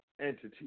entity